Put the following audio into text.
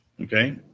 okay